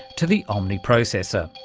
to the omni processor,